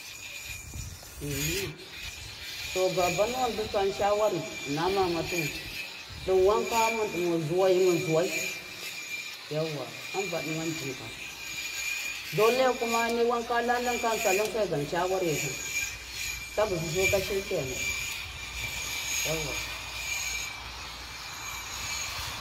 Uhmm to babanuwɨn dɨ tsan shawarɨ ɨna mama tuwɨn ɗɨn wanka mɨn ɗɨmau zuwai mɨn zuwai yauwa hamba ɗiman ka jika dole ji niwan ka tlatlɨn ka mɨn tsatlɨn fegan shawarɨ tlɨn, ta gɨsu ka shikenan yauwa.